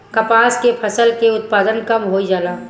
कपास के फसल के उत्पादन कम होइ जाला?